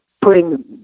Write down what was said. putting